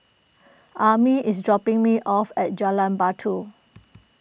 Ammie is dropping me off at Jalan Batu